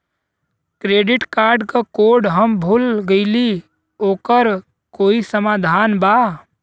Credit card क code हम भूल गइली ओकर कोई समाधान बा?